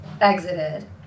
exited